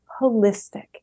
holistic